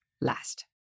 last